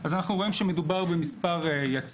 אז אנחנו רואים שהמספר יציב,